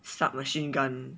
sub machine gun